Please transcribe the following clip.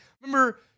Remember